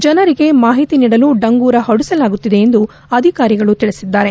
ಜನರಿಗೆ ಮಾಹಿತಿ ನೀಡಲು ಡಂಗೂರ ಹೊಡೆಸಲಾಗುತ್ತಿದೆ ಎಂದು ಅಧಿಕಾರಿಗಳು ತಿಳಿಸಿದ್ದಾರೆ